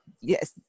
yes